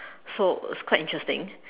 so it's quite interesting